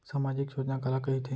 सामाजिक योजना काला कहिथे?